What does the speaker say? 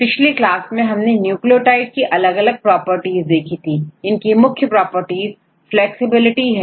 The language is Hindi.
पिछली क्लास में हमने न्यूक्लियोटाइड की अलग अलग प्रॉपर्टीज देखी थी इनकी मुख्य प्रॉपर्टी फ्लैक्सिबिलिटी है